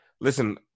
listen